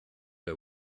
her